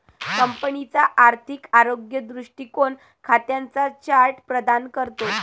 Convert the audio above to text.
कंपनीचा आर्थिक आरोग्य दृष्टीकोन खात्यांचा चार्ट प्रदान करतो